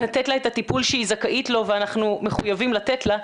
לתת לה את הטיפול שהיא זכאית לו ואנחנו מחויבים לתת לה,